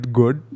good